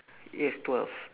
yes twelve